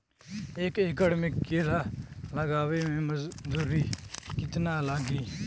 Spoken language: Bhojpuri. एक एकड़ में केला लगावे में मजदूरी कितना लागी?